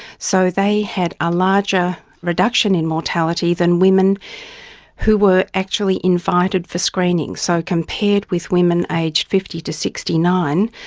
so they had a larger reduction in mortality than women who were actually invited for screening. so, compared with women aged fifty to sixty nine,